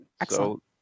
Excellent